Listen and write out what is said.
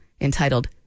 entitled